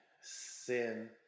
sin